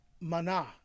mana